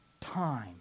time